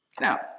Now